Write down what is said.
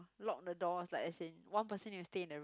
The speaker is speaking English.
lock the doors like as in one person need to stay in the room